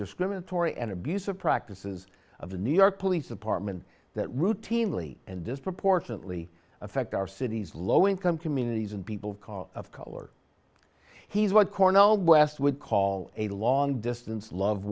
discriminatory and abusive practices of the new york police department that routinely and disproportionately affect our cities low income communities and people of color he's what cornel west would call a long distance love